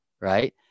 Right